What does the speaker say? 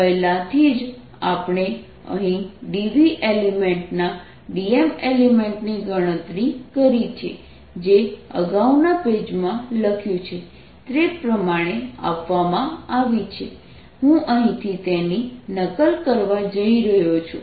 પહેલાથી જ આપણે અહીં dV એલિમેન્ટ ના dm એલિમેન્ટની ગણતરી કરી છે જે અગાઉના પેજમાં લખ્યું છે તે પ્રમાણે આપવામાં આવી છે હું અહીંથી તેની નકલ કરવા જઇ રહ્યો છું